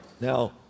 now